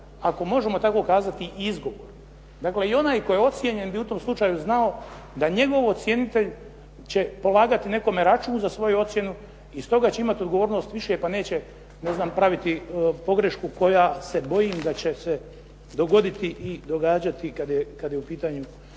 ako možemo tako kazati izgovor. Dakle i onaj tko je ocijenjen bi u tom slučaju znao da njegov ocjenitelj će polagati nekome račun za svoju ocjenu i stoga će imati odgovornost više pa neće, ne znam praviti pogrešku koja se bojim da će se dogoditi i događati kad je u pitanju